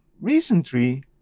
recently